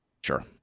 Sure